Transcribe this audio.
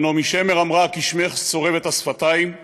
ונעמי שמר אמרה: "כי שמך צורב את השפתיים";